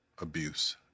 abuse